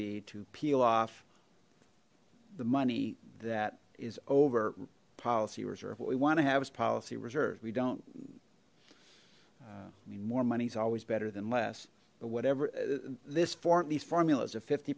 be to peel off the money that is over policy reserved what we want to have his policy reserves we don't i mean more money is always better than less but whatever this form these formulas of fifty